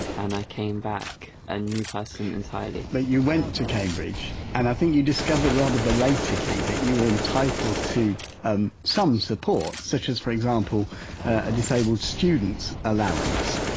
and i came back a new person entirely white but you went to cambridge and i think you discovered rather belatedly that you were entitled to um some support, such as for example a disabled students' allowance.